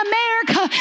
America